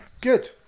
good